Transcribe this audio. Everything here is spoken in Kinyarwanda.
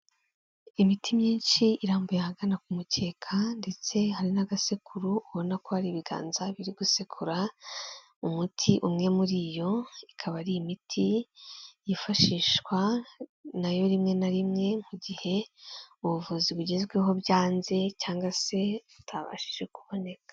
Imiti myinshi irambuye ahagana k'umukeka ndetse hari n'agasekuru ubona ko hari ibiganza biri gusekura umuti umwe muri yo, ikaba ari imiti yifashishwa na yo rimwe na rimwe mu gihe ubuvuzi bugezweho byanze cyangwa se butabashije kuboneka.